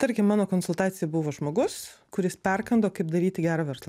tarkim mano konsultacijai buvo žmogus kuris perkando kaip daryti gerą verslą